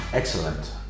Excellent